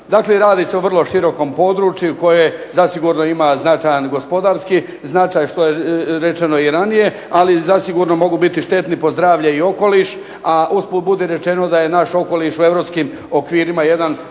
Dakle, radi se o vrlo širokom području koje zasigurno ima značajan gospodarski značaj što je rečeno i ranije, ali zasigurno mogu biti štetni po zdravlje i okoliš. A usput budi rečeno, da je naš okoliš u europskim okvirima jedan